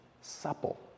supple